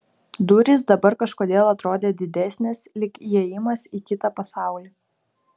durys dabar kažkodėl atrodė didesnės lyg įėjimas į kitą pasaulį